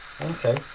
okay